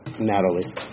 Natalie